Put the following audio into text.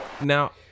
Now